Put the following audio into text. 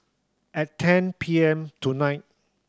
at ten P M tonight